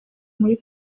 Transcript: muri